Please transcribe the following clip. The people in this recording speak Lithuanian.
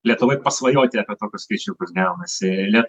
lietuvoj pasvajoti apie tokius skaičiukus gaunasi lie